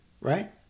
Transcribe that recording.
right